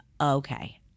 okay